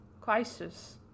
crisis